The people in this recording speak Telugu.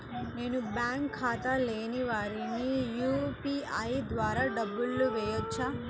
నేను బ్యాంక్ ఖాతా లేని వారికి యూ.పీ.ఐ ద్వారా డబ్బులు వేయచ్చా?